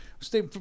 stay